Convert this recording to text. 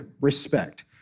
respect